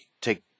take